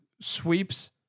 sweeps